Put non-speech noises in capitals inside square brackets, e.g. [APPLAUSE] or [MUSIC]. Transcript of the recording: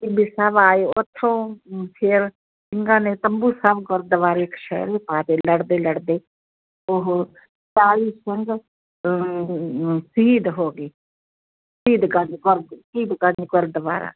ਟਿੱਬੀ ਸਾਹਿਬ ਆਏ ਉਥੋਂ ਫਿਰ ਸਿੰਘਾਂ ਨੇ ਤੰਬੂ ਸਾਹਿਬ ਗੁਰਦੁਆਰੇ ਕਸ਼ਹਿਰੇ ਪਾ ਕੇ ਲੜਦੇ ਲੜਦੇ ਉਹ ਚਾਲ੍ਹੀ ਸਿੰਘ ਸ਼ਹੀਦ ਹੋ ਗਏ ਸ਼ਹੀਦ ਕਰ [UNINTELLIGIBLE] ਗੁਰਦਵਾਰਾ